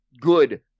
good